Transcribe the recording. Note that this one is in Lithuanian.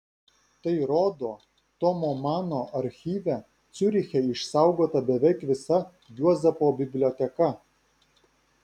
tai rodo tomo mano archyve ciuriche išsaugota beveik visa juozapo biblioteka